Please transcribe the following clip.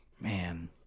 man